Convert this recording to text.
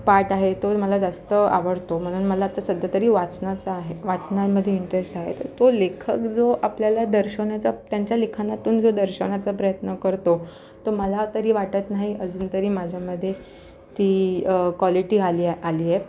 part आहे तो मला जास्त आवडतो म्हणून मला आता सध्या तरी वाचनाचा आहे वाचनामधे इंटरेस्ट आहे तर तो लेखक जो आपल्याला दर्शवण्याचा त्यांच्या लिखाणातून जो दर्शवण्याचा प्रयत्न करतो तो मला तरी वाटत नाही अजून तरी माझ्यामधे ती